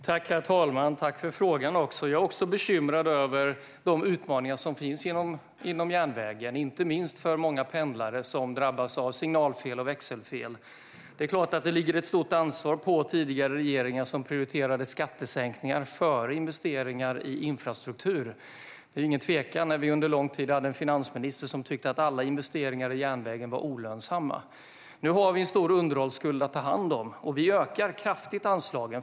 Herr talman! Tack för frågan! Jag är också bekymrad över de utmaningar som finns inom järnvägen, inte minst för många pendlare som drabbas av signalfel och växelfel. Det är klart att det ligger ett stort ansvar på tidigare regeringar som prioriterade skattesänkningar före investeringar i infrastruktur. Det råder inget tvivel om att vi under lång tid hade en finansminister som tyckte att alla investeringar i järnvägen var olönsamma. Nu har vi en stor underhållsskuld att ta hand om. Vi ökar kraftigt anslagen.